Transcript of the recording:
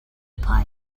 pie